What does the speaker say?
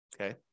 Okay